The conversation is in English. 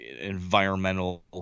environmental